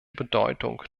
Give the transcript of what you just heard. bedeutung